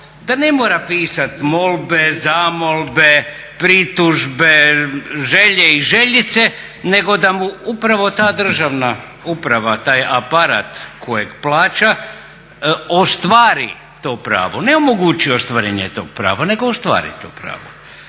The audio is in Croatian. da ne mora pisati molbe, zamolbe, pritužbe, želje i željice nego da mu upravo ta državna uprava taj aparat kojeg plaća ostvari to pravo ne omogući ostvarenje tog prava nego ostvari to pravo.